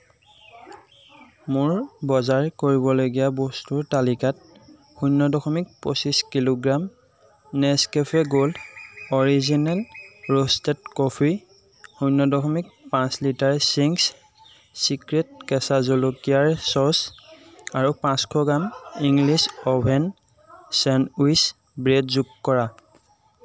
মোৰ বজাৰ কৰিবলগীয়া বস্তুৰ তালিকাত শূন্য দশমিক পঁচিছ kilogram Nescafe gold original roasted coffee শূন্য দশমিক পাঁচ লিটাৰ চিংছ চিক্ৰেট কেঁচা জলকীয়াৰ চচ আৰু পাঁচশ gram English oven sandwich bread যোগ কৰা